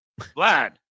Vlad